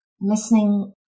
Listening